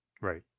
Right